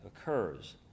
occurs